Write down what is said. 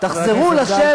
תחזרו לשם,